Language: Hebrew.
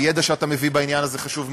הידע שאתה מביא בעניין הזה חשוב מאוד,